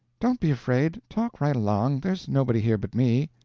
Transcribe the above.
don't be afraid talk right along there's nobody here but me.